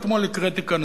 אתמול הקראתי כאן,